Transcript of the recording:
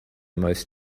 most